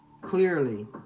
clearly